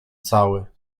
cały